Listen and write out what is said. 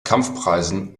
kampfpreisen